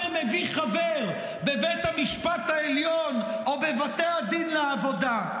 מביא חבר בבית המשפט העליון או בבית הדין לעבודה.